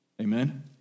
Amen